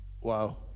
Wow